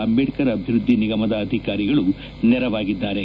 ಅಂಬೇಡ್ಕರ್ ಅಭಿವೃದ್ದಿ ನಿಗಮದ ಅಧಿಕಾರಿಗಳು ನೆರವಾಗಿದ್ದಾರೆ